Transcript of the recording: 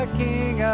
king